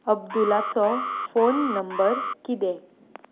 अब्दुलाचो phone number कितें